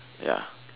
ya